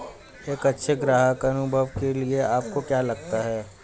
एक अच्छे ग्राहक अनुभव के लिए आपको क्या लगता है?